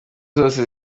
zose